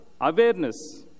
awareness